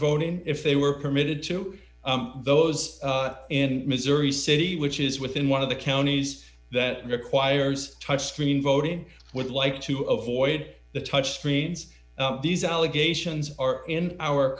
voting if they were permitted to those in missouri city which is within one of the counties that requires touch screen voting would like to avoid the touch screens these allegations are in our